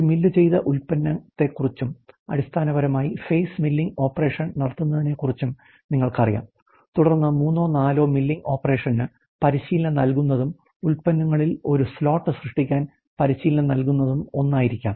ഒരു മില്ലുചെയ്ത ഉൽപ്പന്നത്തെക്കുറിച്ചും അടിസ്ഥാനപരമായി FACE മില്ലിംഗ് ഓപ്പറേഷൻ നടത്തുന്നതിനെക്കുറിച്ചും നിങ്ങൾക്കറിയാം തുടർന്ന് മൂന്നോ നാലോ മില്ലിംഗ് ഓപ്പറേഷന് പരിശീലനം നൽകുന്നതും ഉൽപ്പന്നത്തിനുള്ളിൽ ഒരു സ്ലോട്ട് സൃഷ്ടിക്കാൻ പരിശീലനം നൽകുന്നതും ഒന്നായിരിക്കാം